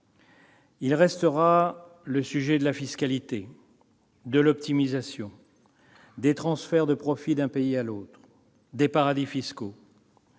Il restera le sujet de la fiscalité, de l'optimisation, des transferts de profits d'un pays à l'autre, des paradis fiscaux